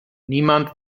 niemand